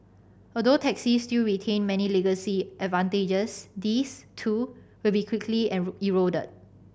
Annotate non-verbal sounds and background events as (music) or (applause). although taxis still retain many legacy advantages these too will be quickly (unintelligible) eroded